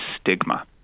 stigma